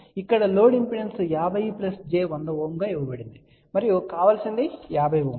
కాబట్టి ఇక్కడ load impedance 50 j 100 Ω గా ఇవ్వబడింది మరియు కావలసినది 50 Ω